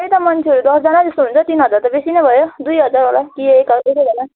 त्यही त मान्छेहरू दसजना जस्तो हुन्छ तिन हजार त बेसी नै भयो दुई हजार होला कि एक एक हजार